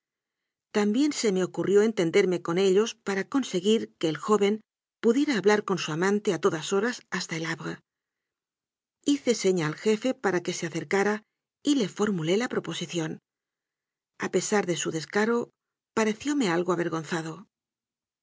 también se me ocurrió entenderme con ellos para conseguir que el joven pudiera hablar con su amante a todas horas hasta el havre hice seña al jefe para que se acercara y le formulé la proposición a pesar de su des caro parecióme algo avergonzado